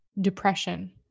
depression